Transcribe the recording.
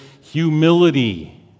humility